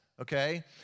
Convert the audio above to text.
okay